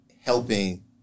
helping